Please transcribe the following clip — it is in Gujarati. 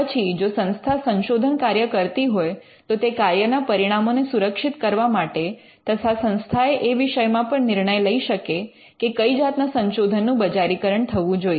પછી જો સંસ્થા સંશોધન કાર્ય કરતી હોય તો તે કાર્ય ના પરિણામો ને સુરક્ષિત કરવા માટે તથા સંસ્થાએ એ વિષયમાં પણ નિર્ણય લઈ શકે કે કઈ જાતના સંશોધનનું બજારીકરણ થવું જોઈએ